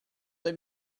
let